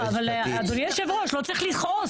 לא, אבל אדוני יושב הראש, לא צריך לכעוס.